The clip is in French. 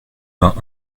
vingt